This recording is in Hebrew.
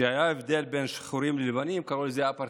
כשהיה הבדל בין שחורים ללבנים, קראו לזה אפרטהייד.